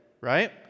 right